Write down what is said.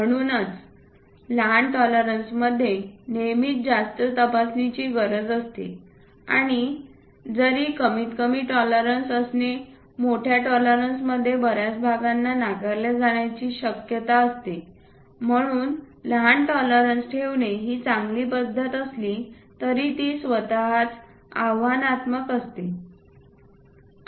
म्हणूनच लहान टॉलरन्समध्ये नेहमीच जास्त तपासणीची गरज असते आणि जरी कमीत कमी टॉलरन्स असणे मोठ्या टॉलरन्समध्ये बर्याच भागांना नाकारले जाण्याची अधिक शक्यता असते म्हणून लहान टॉलरन्स ठेवणे ही चांगली पद्धत असली तरी ती स्वतःच आव्हानात्मक असते